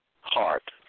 Heart